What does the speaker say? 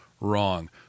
wrong